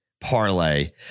parlay